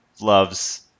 loves